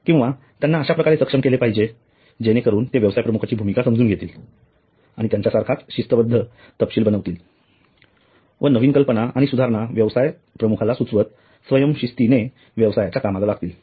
किंवा त्यांना अश्याप्रकारे सक्षम केले पाहिजे जेणेकरून ते व्यवसाय प्रमुखाची भूमिका समजून घेतील आणि त्यांच्या सारखाच शिस्तबद्ध तपशील बनवतील व नवीन कल्पना आणि सुधारणा व्यवसाय प्रमुखाला सुचवत स्वयंशिस्तीने व्यवसायाच्या कामाला लागतील